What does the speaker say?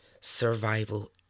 survival